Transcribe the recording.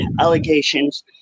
allegations